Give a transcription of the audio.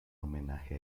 homenaje